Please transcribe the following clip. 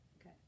okay